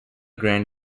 grand